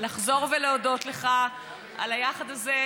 אני רוצה לחזור ולהודות לך על היחד הזה,